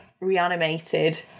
reanimated